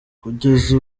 kugeza